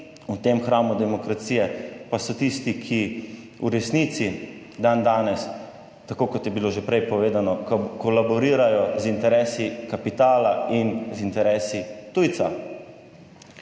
v tem hramu demokracije, pa so tisti, ki v resnici dandanes, tako kot je bilo že prej povedano, kolaborirajo z interesi kapitala in z interesi tujca.